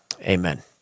amen